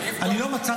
אני אבדוק.